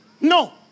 No